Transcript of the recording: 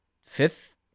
fifth